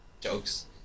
jokes